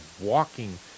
walking